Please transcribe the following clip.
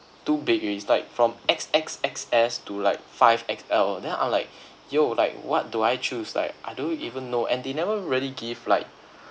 too big it's like from X_X_X_S to like five X_L then I'm like !yo! like what do I choose like I don't even know and they never really give like